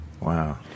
wow